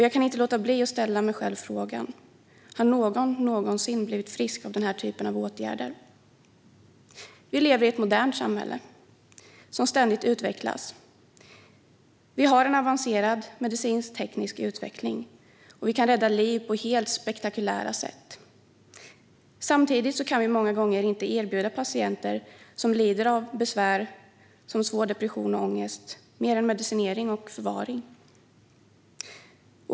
Jag kan inte låta bli att ställa mig frågan: Har någon någonsin blivit frisk av den typen av åtgärder? Vi lever i ett modernt samhälle som ständigt utvecklas. Vi har en avancerad medicinteknisk utveckling, och vi kan rädda liv på helt spektakulära sätt. Samtidigt kan vi många gånger inte erbjuda patienter som lider av besvär som svår depression och ångest mer än medicinering och förvaring.